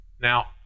Now